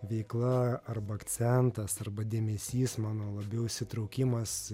veikla arba akcentas arba dėmesys mano labiau įsitraukimas